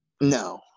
No